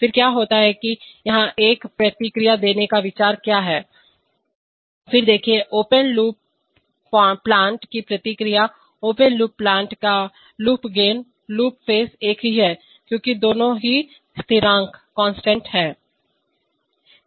फिर क्या होता है फिर यहां एक प्रतिक्रिया देने का विचार क्या है फिर देखें ओपन लूप प्लांट की प्रतिक्रिया ओपन लूप प्लांट का लूप गेन लूप फेज एक ही है क्योंकि दोनों ही स्थिरांककांस्टेंट हैं